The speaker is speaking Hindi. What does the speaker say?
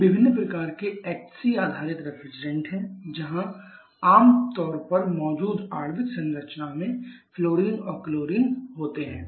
ये विभिन्न प्रकार के एचसी आधारित रेफ्रिजरेंट हैं जहाँ आप आम तौर पर मौजूद आणविक संरचना में फ्लोरीन और क्लोरीन रखते हैं